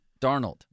Darnold